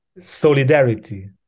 Solidarity